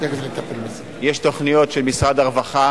יש תוכניות של משרד הרווחה